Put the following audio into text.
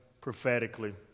prophetically